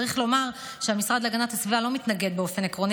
צריך לומר שהמשרד להגנת הסביבה לא מתנגד באופן עקרוני